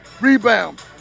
Rebound